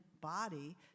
body